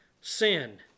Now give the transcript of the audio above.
sin